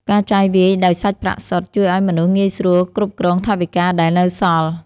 ការចាយវាយដោយសាច់ប្រាក់សុទ្ធ ជួយឱ្យមនុស្សងាយស្រួលគ្រប់គ្រងថវិកាដែលនៅសល់។